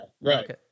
right